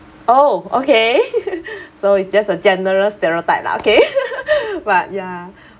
oh okay so it's just a general stereotype lah okay but ya